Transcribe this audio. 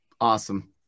Awesome